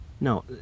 No